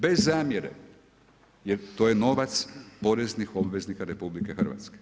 Bez zamjere jer to je novac poreznih obveznika RH.